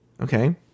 Okay